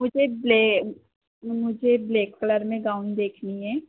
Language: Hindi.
मुझे ब्ले मेम मुझे ब्लेक कलर में गाउन देखनी है